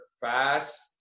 fast